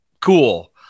Cool